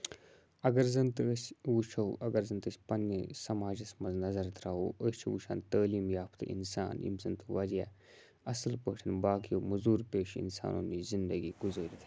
اگر زَنتہِ أسۍ وٕچھو اگر زَنتہِ أسۍ پَننیہِ سماجَس مَنٛز نظر تراوو أسۍ چھِ وٕچھان تعلیٖم یافتہٕ اِنسان یِم زَن تہِ واریاہ اصل پٲٹھۍ باقیَو مزور پیشہِ اِنسانَو نش زِندگی گُزارِتھ ہیٚکان چھِ